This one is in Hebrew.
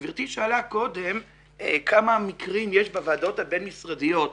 גברתי שאלה קודם כמה מקרים יש בוועדות הבין משרדיות.